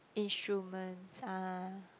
instruments ah